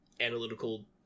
analytical